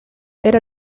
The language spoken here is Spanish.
era